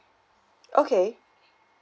okay